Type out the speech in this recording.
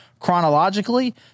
chronologically